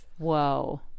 Whoa